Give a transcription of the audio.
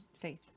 faith